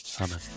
Amen